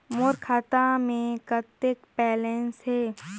मोर खाता मे कतेक बैलेंस हे?